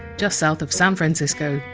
just south of san francisco,